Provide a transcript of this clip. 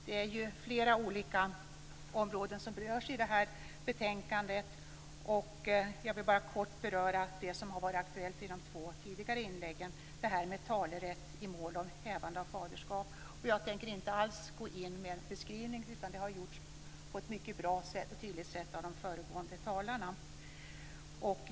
Det är flera olika områden som berörs i det här betänkandet, och jag vill bara kort beröra det som har varit aktuellt i de två tidigare inläggen, talerätt i mål om hävande av faderskap. Jag tänker inte alls gå in på en beskrivning, det har gjorts på ett mycket bra och tydligt sätt av de föregående talarna.